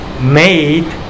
made